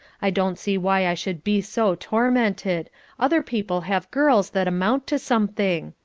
i don't see why i should be so tormented other people have girls that amount to something.